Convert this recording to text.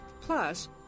Plus